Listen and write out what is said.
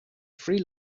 free